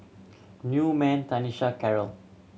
Newman Tanisha Karyl